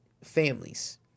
families